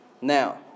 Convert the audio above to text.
Now